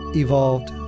evolved